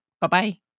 bye-bye